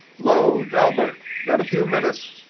lo, delbert. got a few minutes?